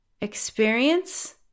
experience